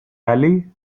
alley